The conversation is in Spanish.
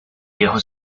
viejo